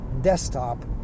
desktop